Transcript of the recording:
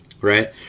right